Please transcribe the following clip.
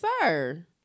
sir